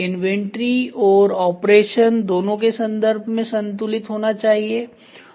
inventory और operation दोनों के संदर्भ में संतुलित होना चाहिए